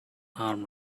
arm